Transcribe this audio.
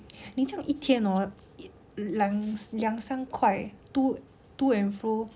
你这样一天 hor not it 两两三块 to to and fro